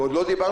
עוד לא דיברנו,